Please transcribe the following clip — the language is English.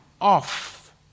off